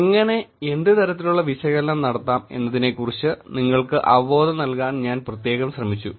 എങ്ങനെ എന്ത് തരത്തിലുള്ള വിശകലനം നടത്താം എന്നതിനെക്കുറിച്ച് നിങ്ങൾക്ക് അവബോധം നല്കാൻ ഞാൻ പ്രത്യേകം ശ്രമിച്ചു